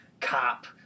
cop